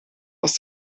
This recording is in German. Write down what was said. aus